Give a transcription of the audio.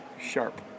Sharp